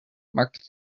mark